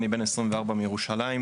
אני בן 24 מירושלים,